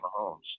Mahomes